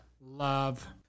love